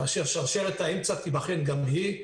כאשר שרשרת האמצע תיבחן גם היא.